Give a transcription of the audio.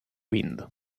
wind